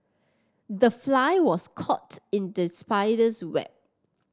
the fly was caught in the spider's web